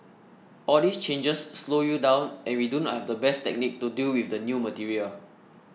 all these changes slow you down and we do not have the best technique to deal with the new material